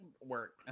work